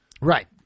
Right